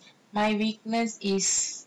my weakness is